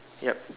yup